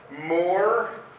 more